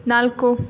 ನಾಲ್ಕು